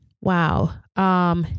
Wow